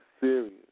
serious